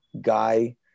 guy